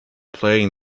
playing